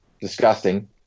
disgusting